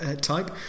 type